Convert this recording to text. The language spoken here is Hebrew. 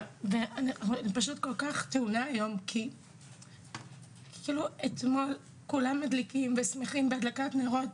אני טעונה היום כי אתמול כולם שמחו בהדלקת הנרות